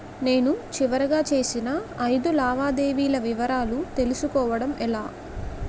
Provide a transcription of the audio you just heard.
నేను చివరిగా చేసిన ఐదు లావాదేవీల వివరాలు తెలుసుకోవటం ఎలా?